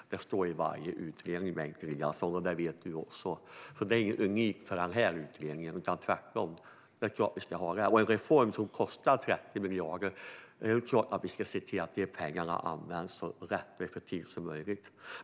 Det står i varje utredning, Bengt Eliasson. Det vet du också. Det är alltså inget unikt för den här utredningen. Eftersom det handlar om en reform som kostar 30 miljarder är det klart att vi ska se till att de pengarna används så effektivt som möjligt.